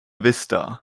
vista